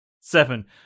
seven